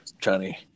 Johnny